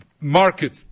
market